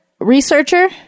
researcher